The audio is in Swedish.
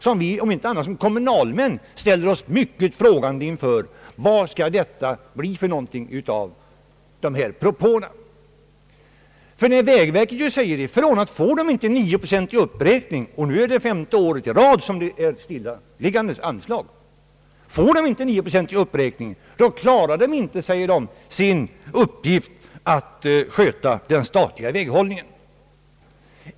Som kommunalmän ställer vi oss mycket undrande. Vad skall det bli av dessa propåer? Vägverket säger ifrån att om det inte får 9 procent i uppräkning — nu är det stillastående anslag femte året i rad — klarar det inte sin uppgift att sköta den statliga väghållningen.